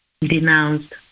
denounced